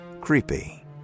Creepy